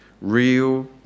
Real